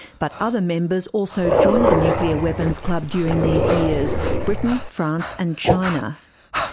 but other members also joined the nuclear weapons club during these years britain, france and china.